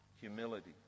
humility